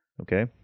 Okay